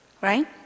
Right